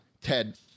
Ted